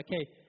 okay